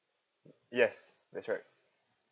yes that's right